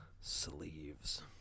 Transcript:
sleeves